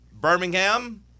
Birmingham